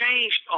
changed